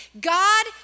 God